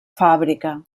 fàbrica